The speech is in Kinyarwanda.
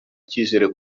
icyizero